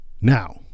Now